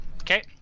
Okay